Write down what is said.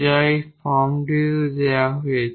যা এই ফর্মটিতে দেওয়া হয়েছে